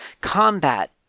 Combat